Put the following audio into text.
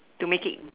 to make it